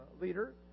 leader